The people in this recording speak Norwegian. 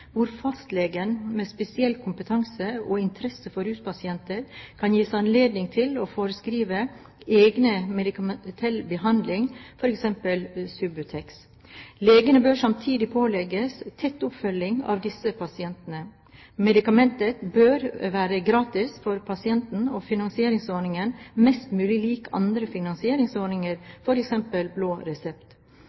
hvor fastleger med spesiell kompetanse og interesse for ruspasienter kan gis anledning til å forskrive egnet medikamentell behandling, f.eks. Subutex. Legene bør samtidig pålegges tett oppfølging av disse pasientene. Medikamentet bør være gratis for pasienten og finansieringsordningen mest mulig lik andre finansieringsordninger, f.eks. blå resept.